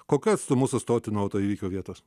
kokiu atstumu sustoti nuo autoįvykio vietos